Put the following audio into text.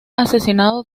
asesinado